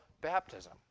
baptism